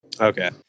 Okay